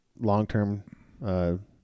long-term